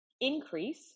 increase